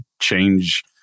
change